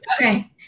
Okay